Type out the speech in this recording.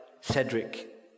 Cedric